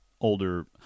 older